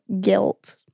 guilt